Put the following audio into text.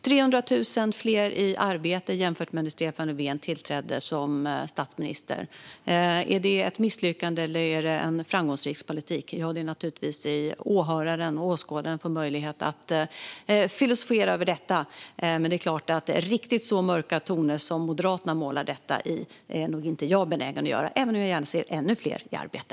300 000 fler i arbete jämfört med när Stefan Löfven tillträdde som statsminister - är det ett misslyckande eller resultatet av en framgångsrik politik? Det är naturligtvis upp till åhöraren och åskådaren att filosofera över detta, men det är klart att riktigt så mörka färgtoner som Moderaterna målar detta i är jag inte benägen att använda, även om jag gärna ser ännu fler i arbete.